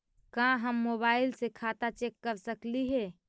का हम मोबाईल से खाता चेक कर सकली हे?